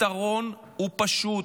הפתרון הוא פשוט: